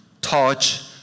touch